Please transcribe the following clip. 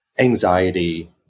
anxiety